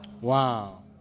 Wow